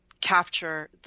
capture